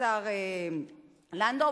השר לנדאו,